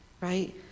right